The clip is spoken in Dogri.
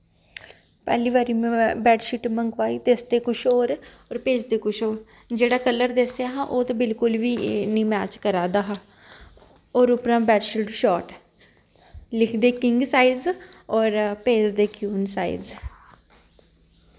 पैह्ली बारी में बैड्ड शीट मंगवाई दसदे कुछ होर होर भेजदे कुछ होर जेह्ड़ा कल्लर दस्सेआ हा तां ओह् ते बिलकुल निं मैच करा दा हा होर उप्परा बैडशीट शाट लिखदे किंग साइज होर भेजदे क्यून साइज